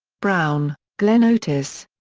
brown, glenn otis.